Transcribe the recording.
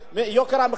מדברים על זה.